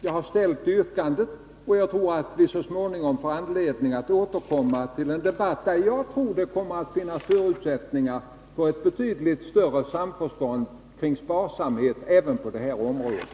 Jag har ställt ett yrkande och tror att vi så småningom får anledning att återkomma till en debatt där jag tror att det kommer att finnas förutsättningar till ett större samförstånd om sparsamhet även på det här området.